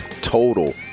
total